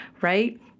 right